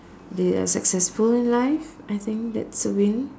they are successful in life I think that's a win